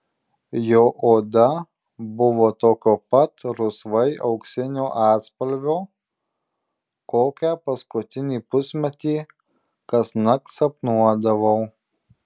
jo oda buvo tokio pat rusvai auksinio atspalvio kokią paskutinį pusmetį kasnakt sapnuodavau